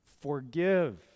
forgive